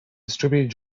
distributed